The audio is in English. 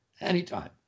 anytime